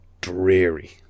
dreary